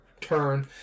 turn